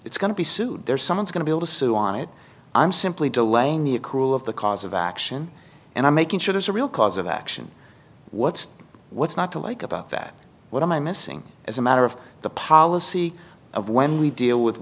it's going to be sued there's someone's going to sue on it i'm simply delaying the accrual of the cause of action and i'm making sure there's a real cause of action what's what's not to like about that what am i missing as a matter of the policy of when we deal with